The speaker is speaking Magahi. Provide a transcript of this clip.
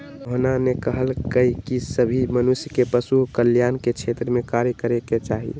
मोहना ने कहल कई की सभी मनुष्य के पशु कल्याण के क्षेत्र में कार्य करे के चाहि